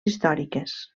històriques